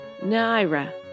Naira